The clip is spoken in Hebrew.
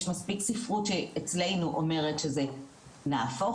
יש מספיק ספרות שאצלנו אומרת שזה נהפוכו,